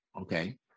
Okay